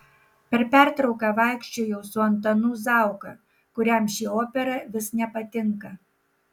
per pertrauką vaikščiojau su antanu zauka kuriam ši opera vis nepatinka